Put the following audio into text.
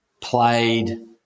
played